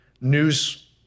News